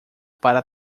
para